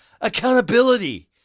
accountability